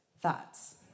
thoughts